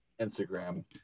Instagram